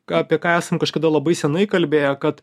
ką apie ką esam kažkada labai senai kalbėję kad